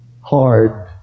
hard